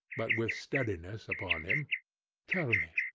but with steadiness, upon him tell me,